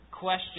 question